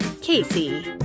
Casey